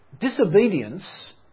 disobedience